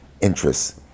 interests